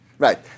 Right